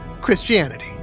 Christianity